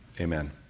Amen